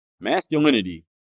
Masculinity